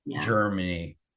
germany